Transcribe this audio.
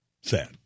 Sad